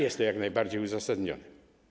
Jest to jak najbardziej uzasadnione.